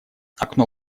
окно